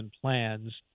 plans